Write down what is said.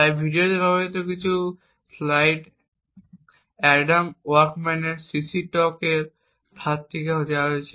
তাই এই ভিডিওতে ব্যবহৃত কিছু স্লাইড অ্যাডাম ওয়াকসম্যানের সিসিএস টক থেকে ধার করা হয়েছে